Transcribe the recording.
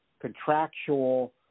contractual